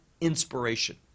inspiration